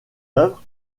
œuvres